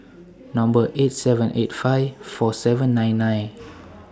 Number eight seven eight five four seven nine nine